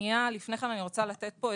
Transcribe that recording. לפני כן אני רוצה לתת פה,